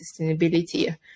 sustainability